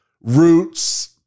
roots